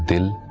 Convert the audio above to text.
will